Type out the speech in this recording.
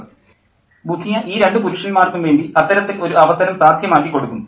professor Budhia ഈ രണ്ട് പുരുഷന്മാർക്കും വേണ്ടി അത്തരത്തിൽ ഒരു അവസരം സാധ്യമാക്കി കൊടുക്കുന്നു